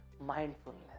mindfulness